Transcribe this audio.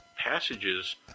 passages